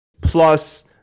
plus